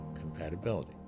compatibility